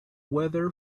weather